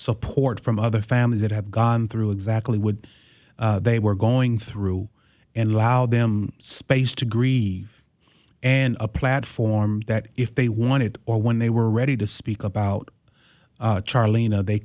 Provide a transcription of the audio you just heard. support from other families that have gone through exactly would they were going through and allow them space to grieve and a platform that if they wanted or when they were ready to speak about charlie you know they